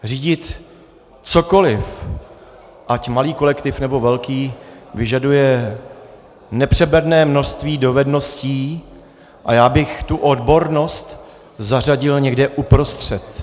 Řídit cokoliv, ať malý kolektiv, nebo velký, vyžaduje nepřeberné množství dovedností a já bych tu odbornost zařadil někam uprostřed.